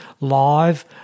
live